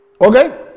Okay